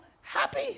happy